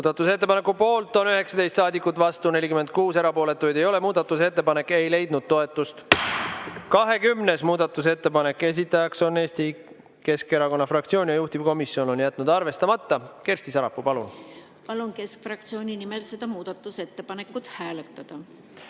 Muudatusettepaneku poolt on 19 saadikut, vastu 46, erapooletuid ei ole. Muudatusettepanek ei leidnud toetust. 20. muudatusettepanek, esitaja on Eesti Keskerakonna fraktsioon, juhtivkomisjon on jätnud arvestamata. Kersti Sarapuu, palun! Palun keskfraktsiooni nimel seda muudatusettepanekut hääletada.